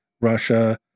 Russia